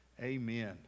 amen